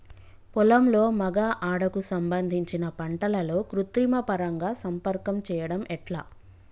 పొలంలో మగ ఆడ కు సంబంధించిన పంటలలో కృత్రిమ పరంగా సంపర్కం చెయ్యడం ఎట్ల?